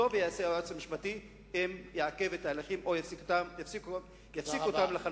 וטוב יעשה היועץ המשפטי אם יעכב את ההליכים או יפסיק אותם לחלוטין.